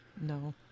No